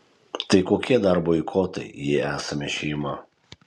tai kokie dar boikotai jei esame šeima